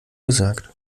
gesagt